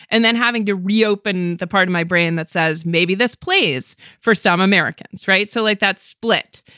and then having to reopen the part of my brain that says maybe this place for some americans. right. so like that split.